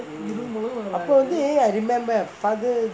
அப்போ வந்து:appo vanthu I remember father